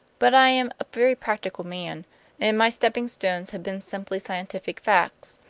but i am a very practical man and my stepping stones have been simply scientific facts.